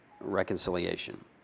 reconciliation